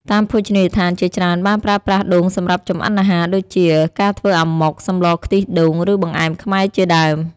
តាមភោជនីយដ្ឋានជាច្រើនបានប្រើប្រាស់ដូងសម្រាប់ចម្អិនអាហារដូចជា ការធ្វើអាម៉ុក សម្លរខ្ទិះដូង ឬបង្អែមខ្មែរជាដើម។